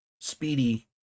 speedy